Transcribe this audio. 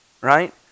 right